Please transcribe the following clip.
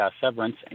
severance